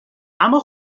اما